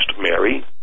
Mary